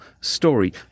story